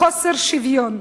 בחוסר שוויון,